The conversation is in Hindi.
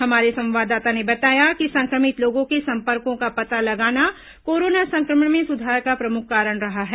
हमारे संवाददाता ने बताया कि संक्रमित लोगों के संपर्कों का पता लगाना कोरोना संक्रमण में सुधार का प्रमुख कारण रहा है